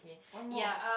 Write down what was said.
one more